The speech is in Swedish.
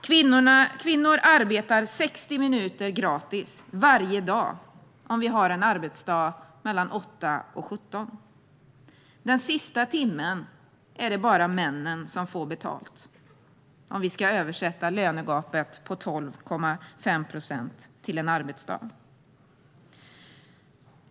Kvinnor arbetar 60 minuter gratis varje dag om vi har en arbetsdag 8-17. Den sista timmen är det bara männen som får betalt, om vi ska översätta lönegapet på 12,5 procent till en arbetsdag.